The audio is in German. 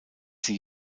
sie